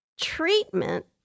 Treatment